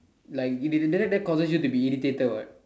like it didn't that causes you to be irritated what